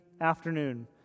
afternoon